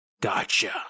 gotcha